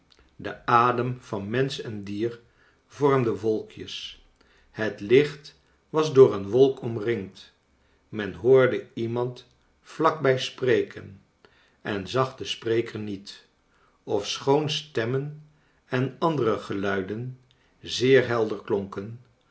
de adem van mensch en dier vormde wolkjes het licht was door een wolk omringd men hoorde iemand vlak bij spreken en zag den spreker niet ofschoon stemmen en andere geluiden zeer helder klonken